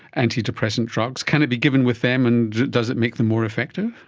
antidepressant drugs, can it be given with them and does it make them more effective?